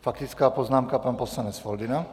Faktická poznámka, pan poslanec Foldyna.